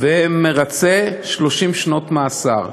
ומרצה 30 שנות מאסר.